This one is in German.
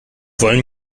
wollen